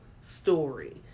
story